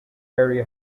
area